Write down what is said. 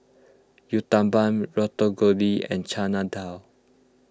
Uthapam and Chana Dal